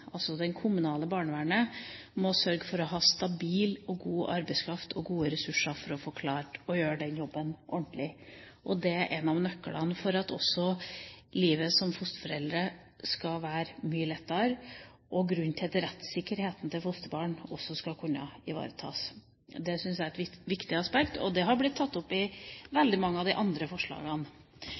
altså det kommunale barnevernet, må sørge for å ha stabil og god arbeidskraft og gode ressurser for å klare å gjøre den jobben ordentlig. Det er nøkkelen til at livet som fosterforeldre skal bli mye lettere og til at rettssikkerheten til fosterbarn også skal kunne ivaretas. Det syns jeg er et viktig aspekt, og det har blitt tatt opp i veldig mange av de andre forslagene.